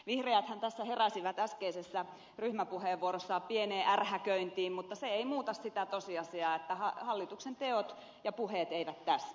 vihreäthän tässä heräsivät äskeisessä ryhmäpuheenvuorossaan pieneen ärhäköintiin mutta se ei muuta sitä tosiasiaa että hallituksen teot ja puheet eivät täsmää